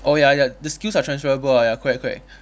oh ya ya the skills are transferable ah ya correct correct